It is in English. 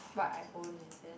what I own is it